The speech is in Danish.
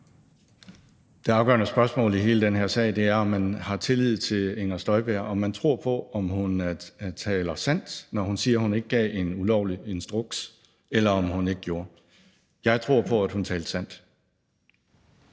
Det afgørende spørgsmål i hele den her sag er, om man har tillid til Inger Støjberg, om man tror på, at hun taler sandt, når hun siger, at hun ikke gav en ulovlig instruks, eller om man ikke gør. Jeg tror på, at hun taler sandt.